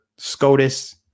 SCOTUS